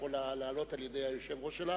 יכולה להעלות על-ידי היושב-ראש שלה